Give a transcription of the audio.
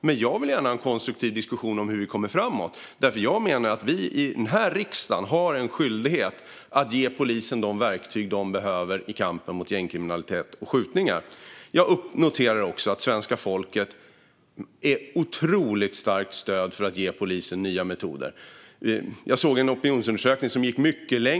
Men jag vill gärna ha en konstruktiv diskussion om hur vi kommer framåt, för jag menar att vi i riksdagen har en skyldighet att ge polisen de verktyg de behöver i kampen mot gängkriminalitet och skjutningar. Jag noterar också att det finns ett otroligt starkt stöd hos svenska folket för att ge polisen nya metoder. Jag såg en opinionsundersökning som gick mycket längre.